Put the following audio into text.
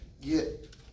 get